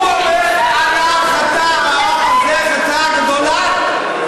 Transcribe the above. הוא אומר: "אנא, חטא העם הזה חטאה גדולה".